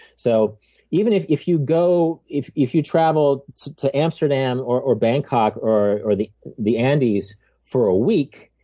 so even if if you go if if you travel to amsterdam or or bangkok or or the the andes for a week,